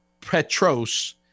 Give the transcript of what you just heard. Petros